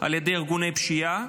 על ידי ארגוני פשיעה,